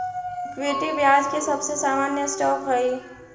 equity ब्याज के सबसे सामान्य स्टॉक हई